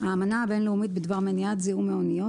האמנה הבין-לאומית בדבר מניעת זיהום מאניות,